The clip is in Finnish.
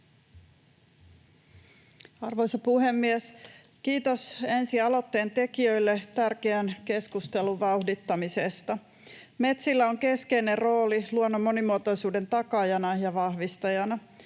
Arvoisa puhemies! Kiitos ensin aloitteentekijöille tärkeän keskustelun vauhdittamisesta. Metsillä on keskeinen rooli luonnon monimuotoisuuden takaajana ja vahvistajana.